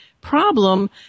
problem